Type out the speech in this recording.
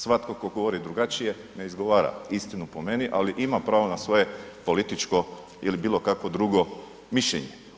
Svatko tko govori drugačije ne izgovara istinu po meni ali ima pravo na svoje političko ili bilo kakvo drugo mišljenje.